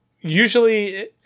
usually